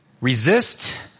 Resist